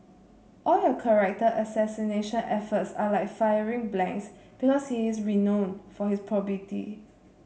all your character assassination efforts are like firing blanks because he is renown for his probity